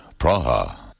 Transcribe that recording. Praha